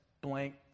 blank